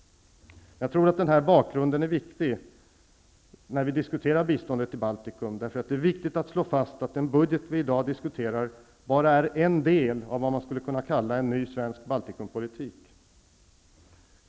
Jag tror att den här bakgrunden är viktig när vi diskuterar biståndet till Baltikum, därför att det är viktigt att slå fast att den budget vi i dag behandlar bara är en del av vad man skulle kunna kalla en ny svensk Baltikumpolitik.